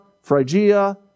Phrygia